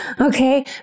Okay